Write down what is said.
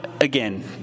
again